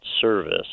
service